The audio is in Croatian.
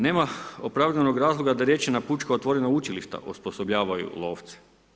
Nema opravdanog razloga, da rečena pučka otovrena učilišta osposobljavanja lovce.